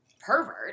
pervert